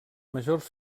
majors